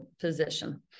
position